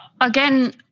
Again